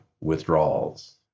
withdrawals